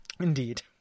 Indeed